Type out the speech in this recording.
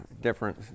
different